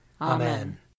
Amen